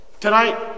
tonight